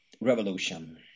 revolution